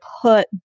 put